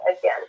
again